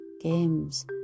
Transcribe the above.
games